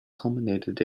culminated